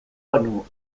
banu